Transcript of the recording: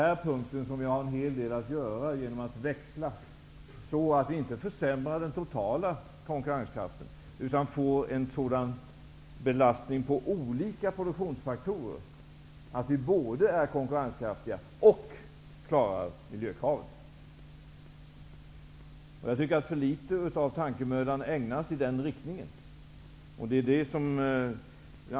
Här kan vi göra en hel del genom att växla så att vi inte försämrar den totala konkurrenskraften, utan lägger en sådan belastning på olika produktionsfaktorer, så att vi både blir konkurrenskraftiga och klarar miljökraven. Jag tycker att för litet tankemöda ägnas åt detta.